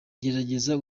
nzagerageza